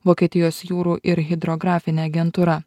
vokietijos jūrų ir hidrografinė agentūra